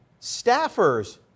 staffers